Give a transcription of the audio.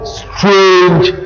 strange